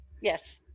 yes